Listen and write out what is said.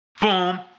boom